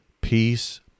peace